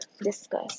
discuss